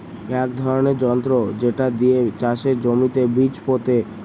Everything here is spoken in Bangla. এক ধরনের যন্ত্র যেটা দিয়ে চাষের জমিতে বীজ পোতে